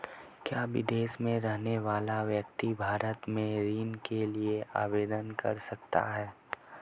क्या विदेश में रहने वाला व्यक्ति भारत में ऋण के लिए आवेदन कर सकता है?